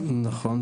נכון,